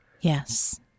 Yes